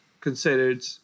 considered